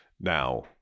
now